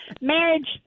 marriage